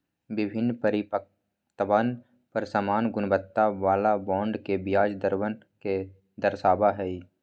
विभिन्न परिपक्वतवन पर समान गुणवत्ता वाला बॉन्ड के ब्याज दरवन के दर्शावा हई